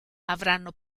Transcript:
avranno